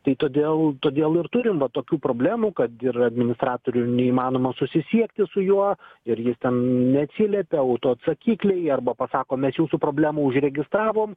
tai todėl todėl ir turim va tokių problemų kad ir administratoriu neįmanoma susisiekti su juo ir jis ten neatsiliepia autoatsakikliai arba pasako mes jūsų problemą užregistravom